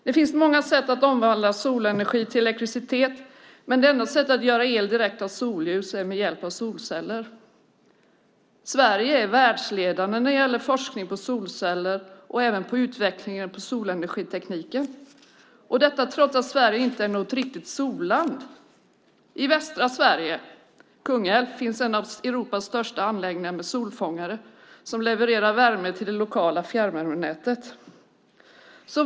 Det finns många sätt att omvandla solenergi till elektricitet, men det enda sättet att göra el direkt av solljus är med hjälp av solceller. Sverige är världsledande när det gäller forskning på solceller och även på utveckling av solenergitekniken, och det är vi trots att Sverige inte är något riktigt solland. I Kungälv i västra Sverige finns en av Europas största anläggningar med solfångare. Den levererar värme till det lokala fjärrvärmenätet.